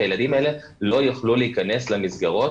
כי הילדים האלה לא יוכלו להכנס למסגרות